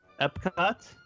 Epcot